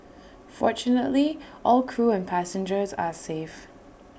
fortunately all crew and passengers are safe